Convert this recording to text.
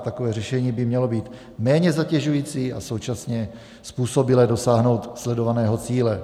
Takové řešení by mělo být méně zatěžující a současně způsobilé dosáhnout sledovaného cíle.